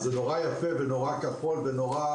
אז זה נורא יפה, נורא כחול ונורא